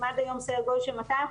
אם עד היום סדר גודל של 250,